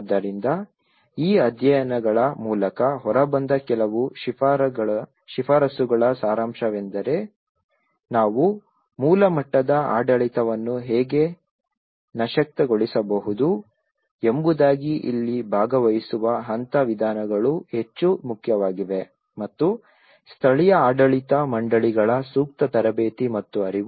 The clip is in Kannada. ಆದ್ದರಿಂದ ಈ ಅಧ್ಯಯನಗಳ ಮೂಲಕ ಹೊರಬಂದ ಕೆಲವು ಶಿಫಾರಸುಗಳ ಸಾರಾಂಶವೆಂದರೆ ನಾವು ಮೂಲ ಮಟ್ಟದ ಆಡಳಿತವನ್ನು ಹೇಗೆ ಸಶಕ್ತಗೊಳಿಸಬಹುದು ಎಂಬುದಾಗಿ ಇಲ್ಲಿ ಭಾಗವಹಿಸುವ ಹಂತದ ವಿಧಾನಗಳು ಹೆಚ್ಚು ಮುಖ್ಯವಾಗಿವೆ ಮತ್ತು ಸ್ಥಳೀಯ ಆಡಳಿತ ಮಂಡಳಿಗಳ ಸೂಕ್ತ ತರಬೇತಿ ಮತ್ತು ಅರಿವು